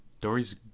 Dory's